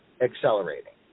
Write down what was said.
accelerating